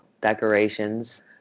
decorations